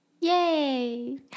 yay